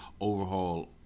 overhaul